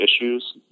issues